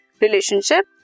Relationship